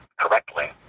correctly